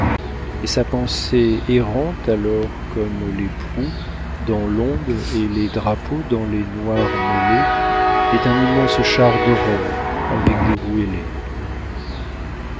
et sa pensée errante alors comme les proues dans l'onde et les drapeaux dans les noires mêlées est un immense char d'aurore avec des roues